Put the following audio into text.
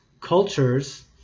cultures